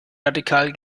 radikal